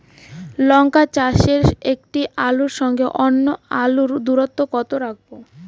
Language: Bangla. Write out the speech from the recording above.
লঙ্কা চাষে একটি আলুর সঙ্গে অন্য আলুর দূরত্ব কত রাখবো?